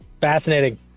Fascinating